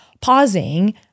pausing